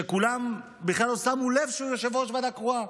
שכולם בכלל לא שמו לב שהוא יושב-ראש ועדה קרואה,